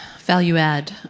Value-add